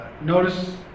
Notice